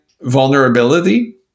vulnerability